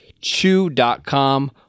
Chew.com